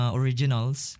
originals